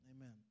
amen